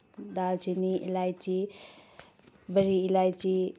ꯗꯥꯜ ꯆꯤꯅꯤ ꯏꯂꯥꯏꯆꯤ ꯕꯔꯤ ꯏꯂꯥꯏꯆꯤ